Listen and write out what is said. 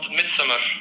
midsummer